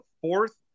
fourth